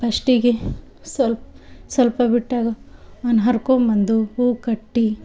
ಪಸ್ಟಿಗೆ ಸೊಲ್ಪ್ ಸ್ವಲ್ಪ ಬಿಟ್ಟಾಗ ಅನ್ ಹರ್ಕೋಂಬಂದು ಹೂ ಕಟ್ಟಿ